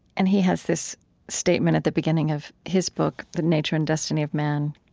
and he has this statement at the beginning of his book, the nature and destiny of man,